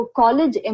college